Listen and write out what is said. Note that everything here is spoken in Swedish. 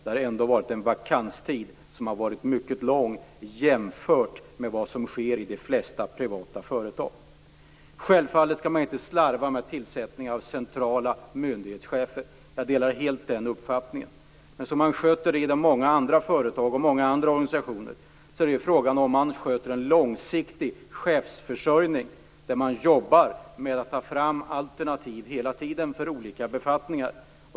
Det har ändå varit en vakanstid som har varit mycket lång jämfört med vad som sker i de flesta privata företag. Självfallet skall man inte slarva med tillsättningar av centrala myndighetschefer. Jag delar helt den uppfattningen. Men inom många företag och andra organisationer sköter man detta så att man har en långsiktig chefsförsörjning där man hela tiden jobbar med att ta fram alternativ för olika befattningar.